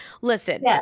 Listen